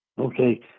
Okay